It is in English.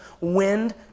wind